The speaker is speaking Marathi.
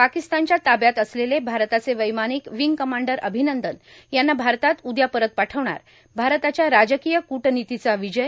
पाकिस्तानच्या ताब्यात असलेले भारताचे वैमानिक विंग कमांडर अभिनंदन यांना भारतात उद्या परत पाठवणार भारताच्या राजकीय कुटनितीचा विजय